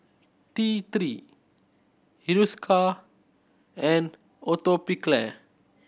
T Three Hiruscar and Atopiclair